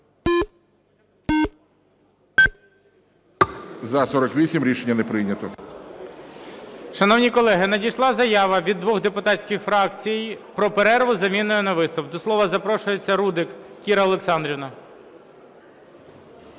За-48 Рішення не прийнято.